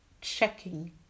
checking